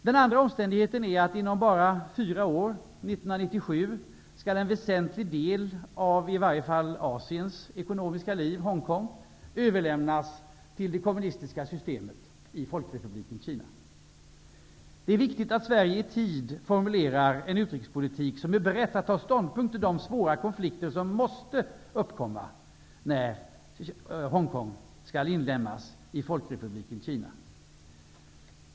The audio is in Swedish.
Den andra omständigheten är det faktum att om bara fyra år, 1997, skall en väsentlig del av i varje fall Asiens ekonomiska liv -- Hongkong -- överlämnas till det kommunistiska systemet i Folkrepubliken Kina. Det är viktigt att Sverige i tid formulerar en utrikespolitik och är berett att ta ståndpunkt i de svåra konflikter som måste uppkomma när Hongkong skall inlemmas i Folkrepubliken Kina.